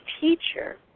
teacher